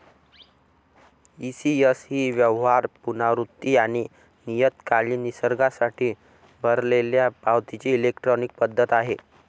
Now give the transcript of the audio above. ECS ही व्यवहार, पुनरावृत्ती आणि नियतकालिक निसर्गासाठी भरलेल्या पावतीची इलेक्ट्रॉनिक पद्धत आहे